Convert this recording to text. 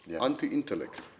anti-intellect